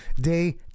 day